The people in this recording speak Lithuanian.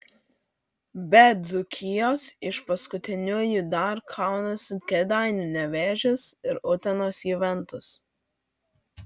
be dzūkijos iš paskutiniųjų dar kaunasi kėdainių nevėžis ir utenos juventus